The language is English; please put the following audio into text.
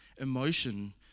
emotion